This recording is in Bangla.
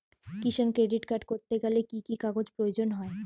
কিষান ক্রেডিট কার্ড করতে গেলে কি কি কাগজ প্রয়োজন হয়?